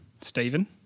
Stephen